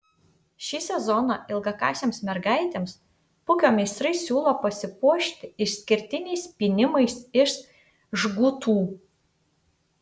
šį sezoną ilgakasėms mergaitėms pukio meistrai siūlo pasipuošti išskirtiniais pynimais iš žgutų